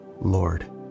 Lord